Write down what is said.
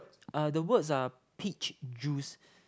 uh the words are peach juice